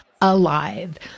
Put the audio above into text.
Alive